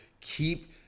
keep